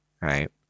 right